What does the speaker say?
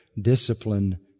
discipline